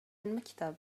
المكتب